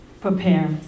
prepare